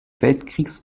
weltkriegs